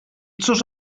cóż